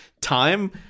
time